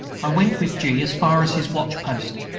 i went with g. as far as his watch-post.